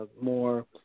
more